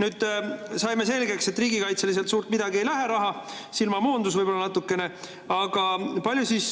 Nüüd saime selgeks, et riigikaitsele sealt suurt midagi ei lähe, silmamoondus võib-olla natukene. Aga kui palju siis